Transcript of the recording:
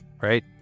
right